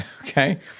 okay